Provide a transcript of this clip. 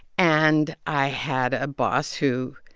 and i had a boss who